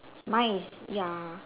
mine is ya